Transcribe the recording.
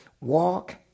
Walk